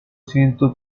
ciento